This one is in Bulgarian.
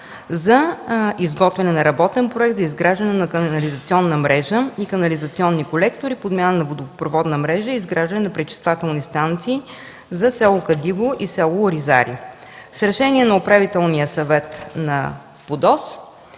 за изготвяне на работен проект за изграждане на канализационна мрежа и канализационни колектори, подмяна на водопроводна мрежа и изграждане на пречиствателни станции за село Кадиево и село Оризаре. С решение на Управителния съвет на ПУДООС,